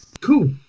cool